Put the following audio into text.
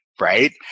right